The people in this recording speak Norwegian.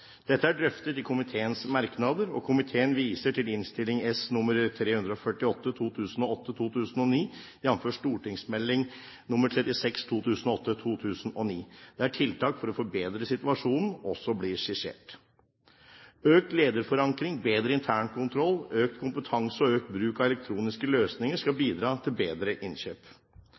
Dette er drøftet i komiteens merknader, og komiteen viser til Innst. S. nr. 348 for 2008–2009, jf. St.meld. nr. 36 for 2008–2009, der tiltak for å forbedre situasjonen også blir skissert. Økt lederforankring, bedre internkontroll, økt kompetanse og økt bruk av elektroniske løsninger skal bidra til bedre innkjøp.